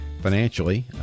financially